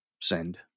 send